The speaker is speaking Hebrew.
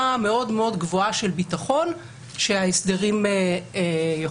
מאוד מאוד גבוהה של ביטחון שההסדרים יכובדו.